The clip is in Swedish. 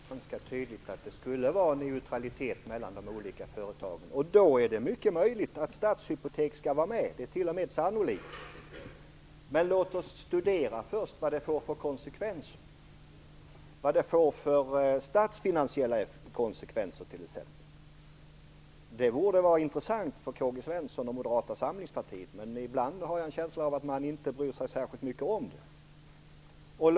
Herr talman! Jag tyckte att jag var ganska tydlig när jag sade att det skall vara neutralitet mellan de olika företagen. Då är det mycket möjligt att Statshypotek skall vara med. Det är t.o.m. sannolikt. Men låt oss först studera vad det får för konsekvenser, t.ex. statsfinansiella konsekvenser. Det borde vara intressant för Karl-Gösta Svenson och Moderata samlingspartiet. Men ibland har jag en känsla av att man inte bryr sig särskilt mycket om konsekvenserna.